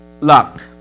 luck